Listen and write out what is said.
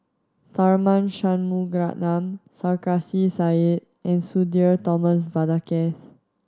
Tharman Shanmugaratnam Sarkasi Said and Sudhir Thomas Vadaketh